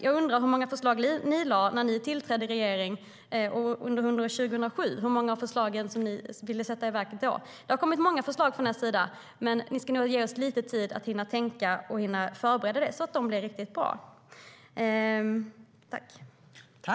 Jag undrar hur många förslag ni lade fram när ni tillträdde som regering och hur många ni ville sätta i verket under 2007. Det har kommit många förslag från er sida, men ni ska nog ge oss lite tid att hinna tänka och förbereda så att de blir riktigt bra.